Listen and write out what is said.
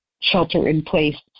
shelter-in-place